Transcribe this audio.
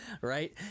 Right